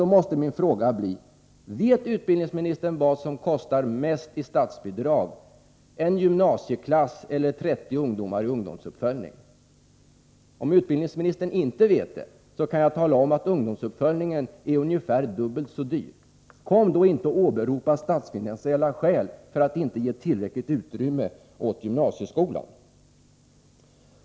Då måste min fråga bli: Vet utbildningsministern vad som kostar mest i statsbidrag — en gymnasieklass eller 30 ungdomar i ungdomsuppföljning? Om utbildningsministern inte vet det, så kan jag tala om att ungdomsuppföljningen är ungefär dubbelt så dyr. Kom då inte och åberopa statsfinansiella skäl för att inte ge tillräckligt utrymme åt gymnasieskolan!